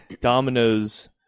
Dominoes